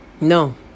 no